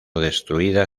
destruida